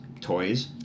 toys